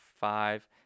five